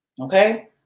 Okay